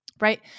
Right